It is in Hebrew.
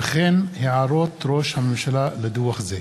וכן הערות ראש הממשלה לדוח זה.